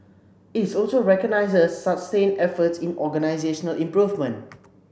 it's also recognises sustained efforts in organisational improvement